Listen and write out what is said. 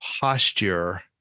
posture